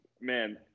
man